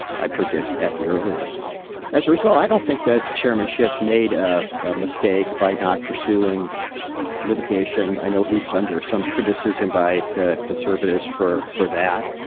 i predict, at the earliest as a result. i don't think that chairman shiff made a mistake by not pursuing litigation. i know he's under some criticism by the conservatives for for that.